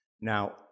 Now